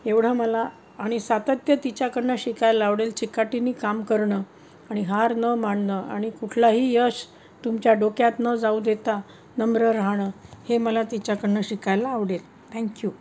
एवढं मला आणि सातत्य तिच्याकडून शिकायला आवडेल चिकाटीने काम करणं आणि हार न मानणं आणि कुठलाही यश तुमच्या डोक्यात न जाऊ देता नम्र राहणं हे मला तिच्याकडून शिकायला आवडेल थँक्यू